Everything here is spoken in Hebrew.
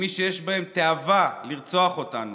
עם מי שיש בהם תאווה לרצוח אותנו.